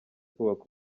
kubaka